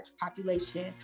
population